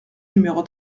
numéro